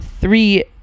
three